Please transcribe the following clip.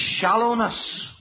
shallowness